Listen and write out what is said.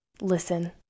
listen